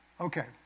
Okay